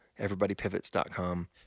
everybodypivots.com